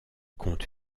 compte